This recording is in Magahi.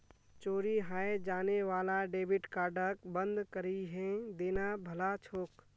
चोरी हाएं जाने वाला डेबिट कार्डक बंद करिहें देना भला छोक